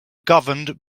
governed